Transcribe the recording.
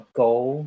goal